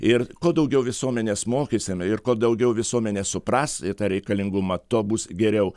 ir kuo daugiau visuomenės mokysim ir kuo daugiau visuomenė supras tą reikalingumą tuo bus geriau